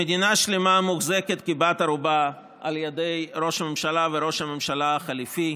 שמדינה שלמה מוחזקת כבת ערובה על ידי ראש הממשלה וראש הממשלה החליפי,